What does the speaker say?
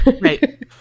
Right